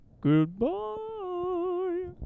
Goodbye